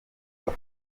kuko